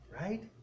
right